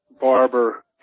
barber